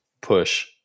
push